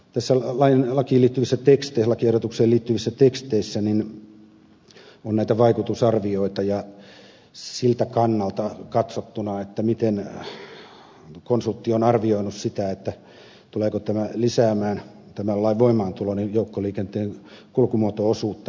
tässä on vain vakituiset teksti lakiehdotukseen liittyvissä teksteissä on näitä vaikutusarvioita siltä kannalta katsottuna miten konsultti on arvioinut sitä tuleeko tämän lain voimaantulo lisäämään joukkoliikenteen kulkumuoto osuutta